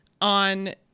on